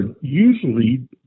usually